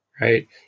right